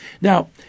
Now